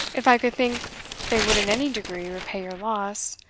if i could think they would in any degree repay your loss,